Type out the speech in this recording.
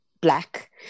black